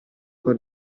con